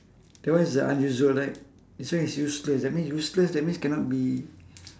that one is a unusual right this one is useless that mean useless that means cannot be